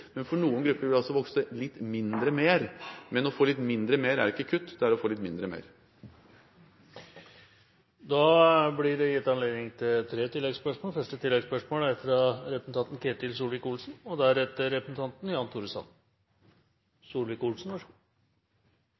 men for noen grupper vil de altså vokse litt mindre mer. Men å få litt mindre mer er ikke kutt, det er å få litt mindre mer. Det blir gitt anledning til tre oppfølgingsspørsmål – først representanten Ketil Solvik-Olsen. Det er